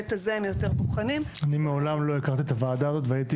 אני מעולם לא הכרתי את הוועדה הזאת והייתי